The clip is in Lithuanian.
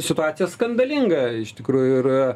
situacija skandalinga iš tikrųjų ir